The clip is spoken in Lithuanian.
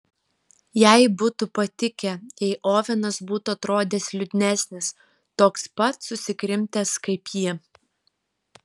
jai būtų patikę jei ovenas būtų atrodęs liūdnesnis toks pat susikrimtęs kaip ji